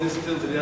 מעוז-אסתר זה ליד,